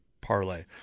parlay